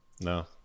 No